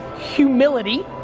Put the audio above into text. humility,